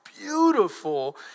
beautiful